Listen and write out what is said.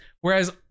whereas